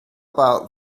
about